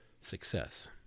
success